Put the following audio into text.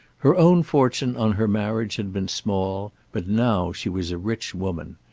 her own fortune on her marriage had been small, but now she was a rich woman.